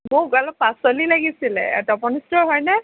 মোক অলপ পাচলি লাগিছিলে তপন ষ্টোৰ হয়নে